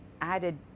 added